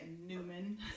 newman